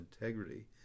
integrity